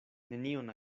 nenion